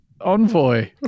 envoy